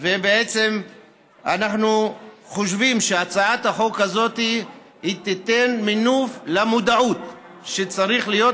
ואנחנו חושבים שהצעת החוק הזאת תיתן מינוף למודעות שצריכה להיות.